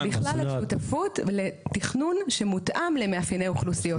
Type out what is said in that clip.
אלא בכלל על שותפות לתכנון שמותאם למאפייני אוכלוסיות.